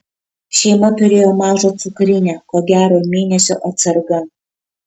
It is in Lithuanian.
šeima turėjo mažą cukrinę ko gero mėnesio atsarga